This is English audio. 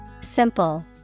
Simple